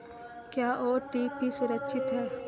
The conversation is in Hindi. क्या ओ.टी.पी सुरक्षित है?